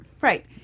Right